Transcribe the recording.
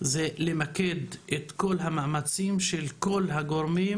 זה למקד את כל המאמצים של כל הגורמים